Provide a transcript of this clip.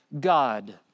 God